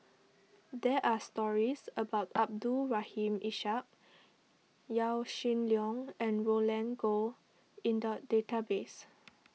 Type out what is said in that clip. there are stories about Abdul Rahim Ishak Yaw Shin Leong and Roland Goh in the database